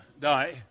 die